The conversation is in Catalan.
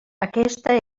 aquesta